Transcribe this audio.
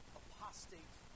apostate